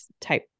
type